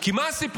כי מה הסיפור?